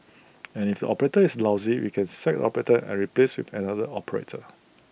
and if the operator is lousy we can sack operator and replace with another operator